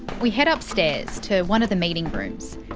we head upstairs to one of the meeting rooms,